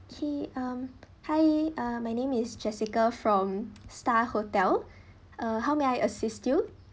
okay um hi uh my name is jessica from star hotel uh how may I assist you